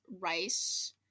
rice